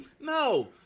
No